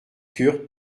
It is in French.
curt